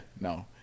no